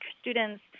students